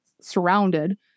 surrounded